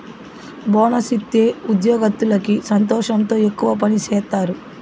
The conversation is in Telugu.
బోనస్ ఇత్తే ఉద్యోగత్తులకి సంతోషంతో ఎక్కువ పని సేత్తారు